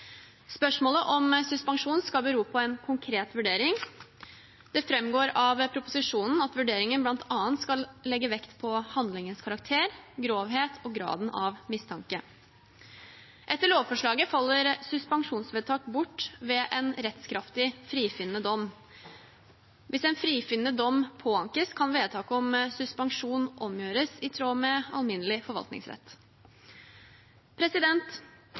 Spørsmålet om suspensjon skal bero på en konkret vurdering. Det framgår av proposisjonen at vurderingen bl.a. skal legge vekt på handlingens karakter, grovhet og graden av mistanke. Etter lovforslaget faller suspensjonsvedtak bort ved en rettskraftig, frifinnende dom. Hvis en frifinnende dom påankes, kan vedtaket om suspensjon omgjøres i tråd med alminnelig forvaltningsrett.